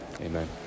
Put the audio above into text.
Amen